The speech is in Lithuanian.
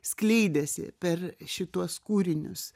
skleidėsi per šituos kūrinius